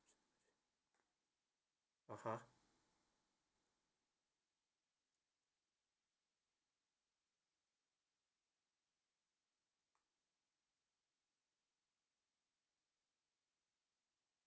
(uh huh)